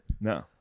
No